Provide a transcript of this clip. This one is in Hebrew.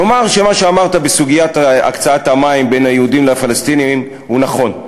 נאמר שמה שאמרת בסוגיית הקצאת המים בין היהודים לפלסטינים הוא נכון.